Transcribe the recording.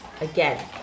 Again